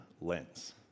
lens